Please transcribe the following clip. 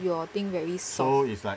your thing very soft